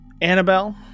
Annabelle